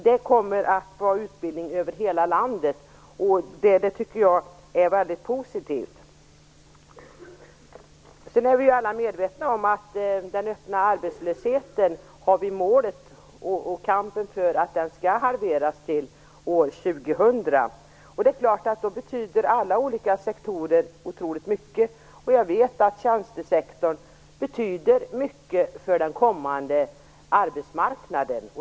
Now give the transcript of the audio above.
Det kommer att bli utbildning över hela landet, och det tycker jag är väldigt positivt. Sedan är vi ju alla medvetna om att vi har målet att halvera den öppna arbetslösheten till år 2000. Då betyder naturligtvis alla olika sektorer otroligt mycket. Jag vet att tjänstesektorn betyder mycket för den kommande arbetsmarknaden.